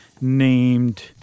named